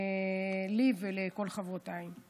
לי ולכל חברותיי.